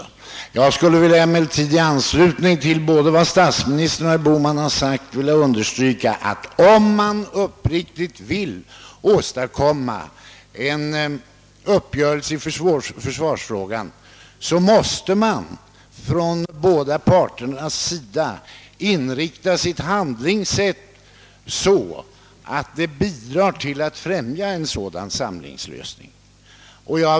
Jag skulle emellertid i anslutning till vad både statsministern och herr Bohman sagt vilja understryka, att om man uppriktigt önskar åstadkomma en uppgörelse i försvarsfrågan så måste båda parter handla så att de bidrar till att främja en sådan samlingslösning.